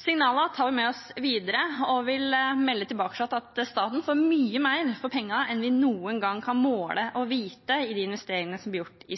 Signalene tar vi med oss videre, og vi vil melde tilbake at staten får mye mer for pengene enn vi noen gang kan måle og vite, i de investeringene som blir gjort i